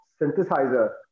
synthesizer